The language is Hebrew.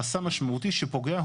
חסם משמעותי שפוגע,